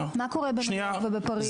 מה קורה בניו יורק ובפריז?